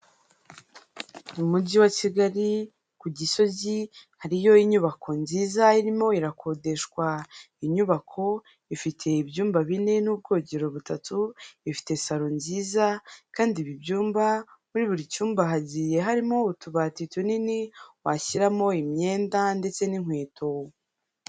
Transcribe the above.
Mu mujyi wa Kigali ku Gisozi hariyo inyubako nziza irimo irakodeshwa, inyubako ifite ibyumba bine n'ubwogero butatu, ifite saro nziza kandi ibi byumba muri buri cyumba hagiye harimo utubati tunini washyiramo imyenda ndetse n'inkweto.